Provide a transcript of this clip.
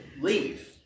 leave